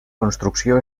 construcció